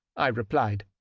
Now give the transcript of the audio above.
i replied,